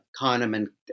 Kahneman